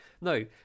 No